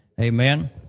amen